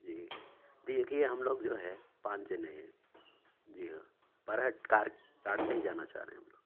جی دیکھیے ہم لوگ جو ہے پانچ جنے ہیں جی ہاں پر ہیڈ کار کار سے ہی جانا چاہ رہے ہیں ہم لوگ